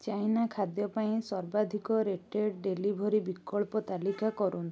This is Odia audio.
ଚାଇନା ଖାଦ୍ୟ ପାଇଁ ସର୍ବାଧିକ ରେଟେଡ଼୍ ଡେଲିଭରି ବିକଳ୍ପ ତାଲିକା କରନ୍ତୁ